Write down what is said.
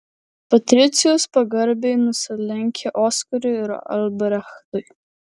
patricijus pagarbiai nusilenkė oskarui ir albrechtui